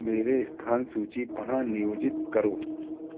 मेरे स्थान सूची पुनः नियोजित करो